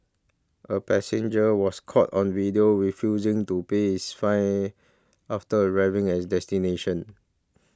a passenger was caught on video refusing to pay his fine after arriving at his destination